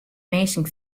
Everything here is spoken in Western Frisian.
minsken